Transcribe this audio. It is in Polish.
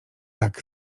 tak